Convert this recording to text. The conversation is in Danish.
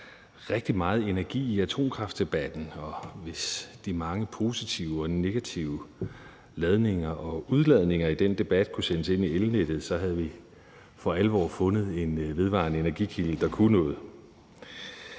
rigtig meget energi i atomkraftdebatten, og hvis de mange positive og negative ladninger og udladninger i den debat kunne sendes ind i elnettet, havde vi for alvor fundet en vedvarende energikilde, der kunne noget.